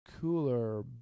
cooler